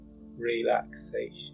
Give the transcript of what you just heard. relaxation